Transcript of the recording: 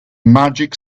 magic